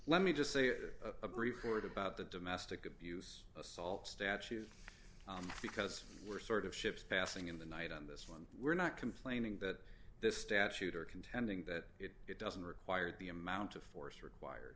let me just say a report about the domestic abuse assault statute because we're sort of ships passing in the night on this one we're not complaining that this statute are contending that it doesn't require the amount of force required